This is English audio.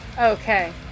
Okay